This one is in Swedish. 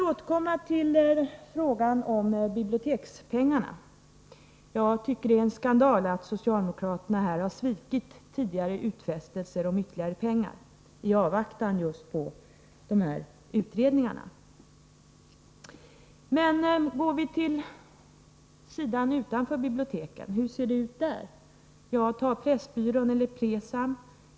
Vi återkommer till frågan om bibliotekspengarna. Jag tycker att det är en skandal att socialdemokraterna här har svikit tidigare utfästelser om ytterligare pengar i avvaktan just på dessa utredningar. Hur ser det ut utanför biblioteken? Ja, ta Pressbyrån eller Presam.